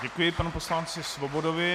Děkuji panu poslanci Svobodovi.